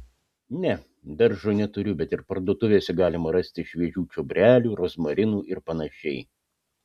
ne daržo neturiu bet ir parduotuvėse galima rasti šviežių čiobrelių rozmarinų ir panašiai